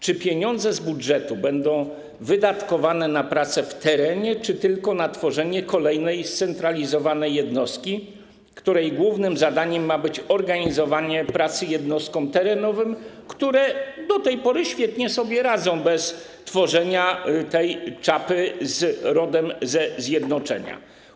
Czy pieniądze z budżetu będą wydatkowane na prace w terenie, czy tylko na tworzenie kolejnej scentralizowanej jednostki, której głównym zadaniem ma być organizowanie pracy jednostkom terenowym, które do tej pory świetnie sobie radzą bez tworzenia tej czapy rodem ze zjednoczenia?